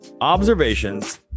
Observations